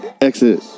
Exit